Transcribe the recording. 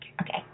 Okay